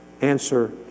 answer